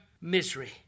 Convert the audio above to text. misery